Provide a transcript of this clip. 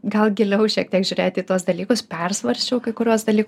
gal giliau šiek tiek žiūrėti į tuos dalykus persvarsčiau kai kuriuos dalykus